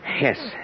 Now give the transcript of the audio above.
Yes